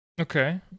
Okay